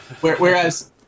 Whereas